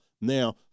Now